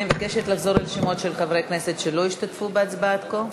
אני מבקשת לחזור על שמות חברי הכנסת שלא השתתפו בהצבעה עד כה.